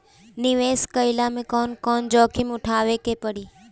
निवेस कईला मे कउन कउन जोखिम उठावे के परि?